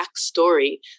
backstory